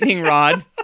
rod